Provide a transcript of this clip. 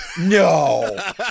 no